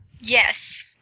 Yes